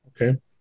Okay